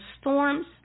storms